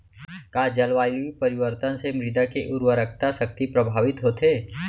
का जलवायु परिवर्तन से मृदा के उर्वरकता शक्ति प्रभावित होथे?